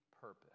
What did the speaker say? purpose